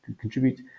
contribute